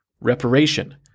Reparation